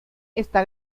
está